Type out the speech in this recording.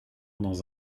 dans